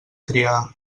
triar